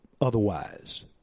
otherwise